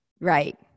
Right